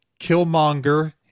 killmonger